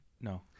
No